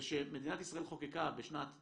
וכשמדינת ישראל חוקקה בשנת 97'